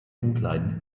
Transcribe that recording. umkleiden